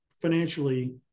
financially